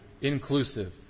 inclusive